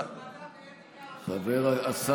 ועדת האתיקה על השקרים שהוא אומר.